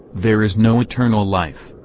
there is no eternal life,